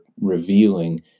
revealing